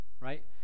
right